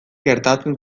gertatzen